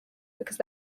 because